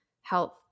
health